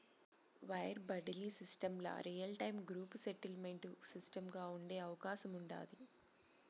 wire బడిలీ సిస్టమ్ల real time group settlement సిస్టముగా ఉండే అవకాశం ఉండాది